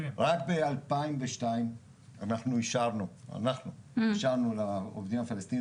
מ-2002 אנחנו אישרנו לעובדים הפלסטינים